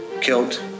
killed